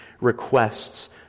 requests